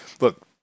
look